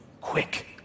quick